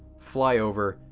fly over,